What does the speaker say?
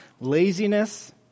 Laziness